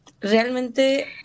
Realmente